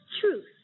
Truth